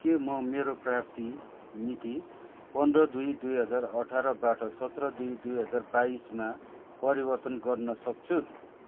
के म मेरो प्राप्ति मिति पन्ध्र दुई दुई हजार अठारबाट सत्र दुई दुई हजार बाइसमा परिवर्तन गर्न सक्छु